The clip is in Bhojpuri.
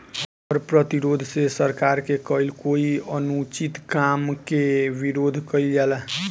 कर प्रतिरोध से सरकार के कईल कोई अनुचित काम के विरोध कईल जाला